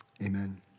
amen